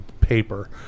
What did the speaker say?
paper